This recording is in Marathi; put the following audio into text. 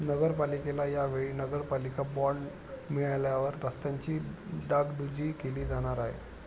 नगरपालिकेला या वेळी नगरपालिका बॉंड मिळाल्यावर रस्त्यांची डागडुजी केली जाणार आहे